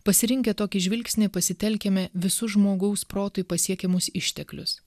pasirinkę tokį žvilgsnį pasitelkiame visus žmogaus protui pasiekiamus išteklius